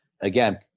Again